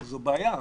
זאת בעיה.